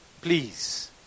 Please